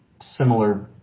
similar